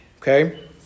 Okay